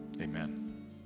Amen